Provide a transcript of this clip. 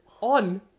On